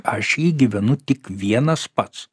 aš jį gyvenu tik vienas pats